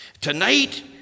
Tonight